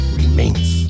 remains